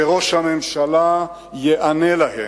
שראש הממשלה ייענה להן,